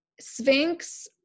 Sphinx